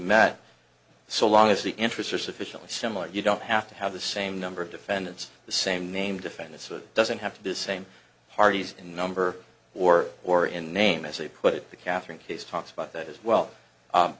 met so long as the interests are sufficiently similar you don't have to have the same number of defendants the same name defend it so it doesn't have to be same parties in number or or in name as they put it the katherine case talks about that as well